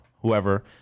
whoever